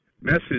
message